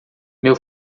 meu